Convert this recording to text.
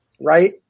right